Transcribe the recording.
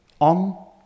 on